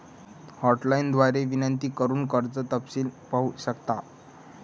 hotline द्वारे विनंती करून कर्ज तपशील पाहू शकता